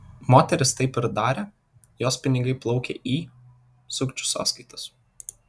moteris taip ir darė jos pinigai plaukė į sukčių sąskaitas